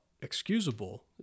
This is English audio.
excusable